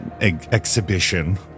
exhibition